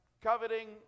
Coveting